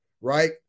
Right